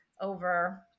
over